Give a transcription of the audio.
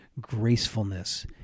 gracefulness